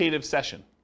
session